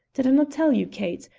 did i no' tell you, kate?